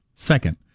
Second